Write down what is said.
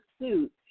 suit